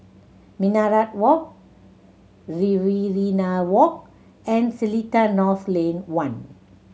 Minaret Walk Riverina Walk and Seletar North Lane One